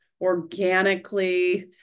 organically